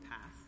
path